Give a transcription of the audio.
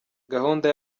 gahunda